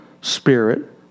spirit